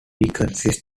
consists